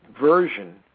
version